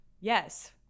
Yes